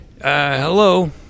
Hello